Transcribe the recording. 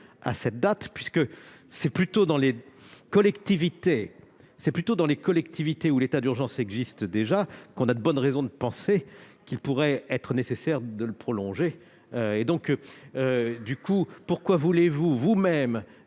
à cette date, puisque c'est plutôt dans les collectivités où l'état d'urgence sanitaire s'exerce déjà qu'on a de bonnes raisons de penser qu'il pourrait être nécessaire de le proroger. Dès lors, pourquoi voulez-vous inscrire